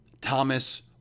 Thomas